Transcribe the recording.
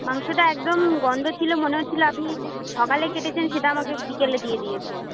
মাংসটা একদম গন্ধ ছিল মনে হচ্ছিলো আপনি সকালে কেটেছেন সেটা আমাকে বিকেলে দিয়ে দিয়েছেন